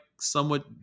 somewhat